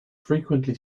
frequently